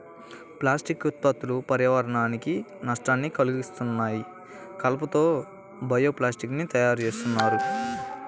plastic ఉత్పత్తులు పర్యావరణానికి నష్టాన్ని కల్గిత్తన్నాయి, కలప తో బయో ప్లాస్టిక్ ని తయ్యారుజేత్తన్నారు